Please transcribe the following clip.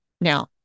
Now